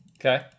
okay